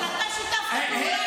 אבל אתה שיתפת פעולה איתם.